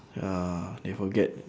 ya they forget